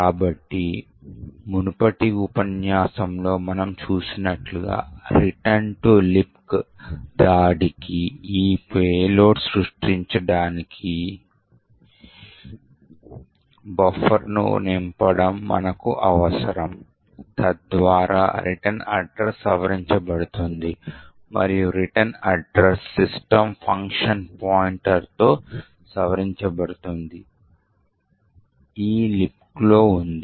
కాబట్టి మునుపటి ఉపన్యాసంలో మనం చూసినట్లుగా రిటర్న్ టు లిబ్క్ దాడికి ఈ పేలోడ్ను సృష్టించడానికి బఫర్ను నింపడం మనకు అవసరం తద్వారా రిటర్న్ అడ్రస్ సవరించబడుతుంది మరియు రిటర్న్ అడ్రస్ system ఫంక్షన్ పాయింటర్తో సవరించబడుతుంది ఇది లిబ్క్లో ఉంది